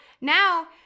now